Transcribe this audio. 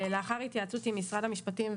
לאחר התייעצות עם משרד המשפטים,